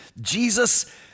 Jesus